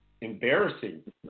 embarrassing